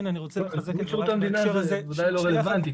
שירות המדינה זה בוודאי לא רלוונטי,